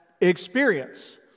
experience